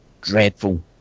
dreadful